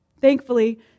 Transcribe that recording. Thankfully